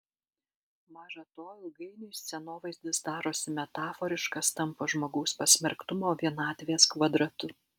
maža to ilgainiui scenovaizdis darosi metaforiškas tampa žmogaus pasmerktumo vienatvės kvadratu